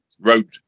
road